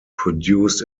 produced